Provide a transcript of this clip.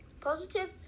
Positive